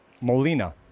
Molina